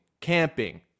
camping